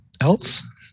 else